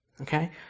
Okay